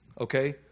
okay